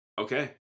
Okay